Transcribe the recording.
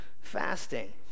fasting